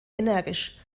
energisch